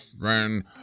friend